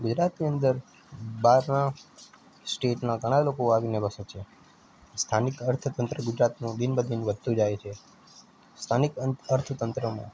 ગુજરાતની અંદર બહારનાં સ્ટેટના ઘણાંય લોકો આવીને વસે છે સ્થાનિક અર્થતંત્ર ગુજરાતનું દિન બ દિન વધતું જાય છે સ્થાનિક અંત અર્થતંત્રમાં